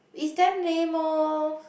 is damn lame orh